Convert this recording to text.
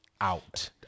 out